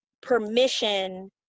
permission